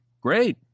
great